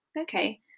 Okay